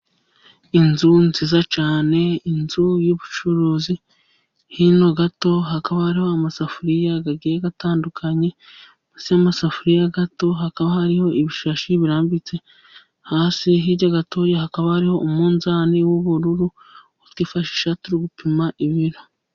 Inzu nziza cyane, inzu y'ubucuruzi, hino gato hakaba hari amasafuriya agiye atandukanye, mu nsi y'amasafuriya gato hakaba hari ibishashi birambitse hasi, hirya gatoya hakaba hari umunzani w'ubururu, twifashisha turi gupima ibiro.